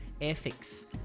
Airfix